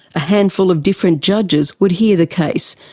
a handful of different judges would hear the case.